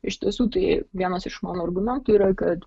iš tiesų tai vienas iš mano argumentų yra kad